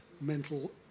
mental